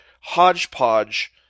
hodgepodge